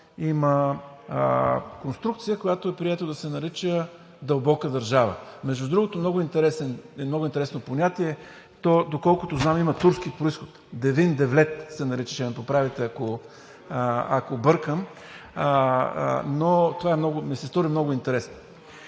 има конструкция, която е приета да се нарича „дълбока държава“. Между другото, е много интересно понятие. Доколкото знам, то има турски произход – девин девлет се наричаше, ще ме поправите, ако бъркам. Това ми се стори много интересно.